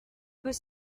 peut